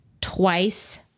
twice